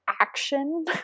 action